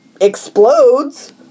explodes